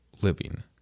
living